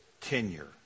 tenure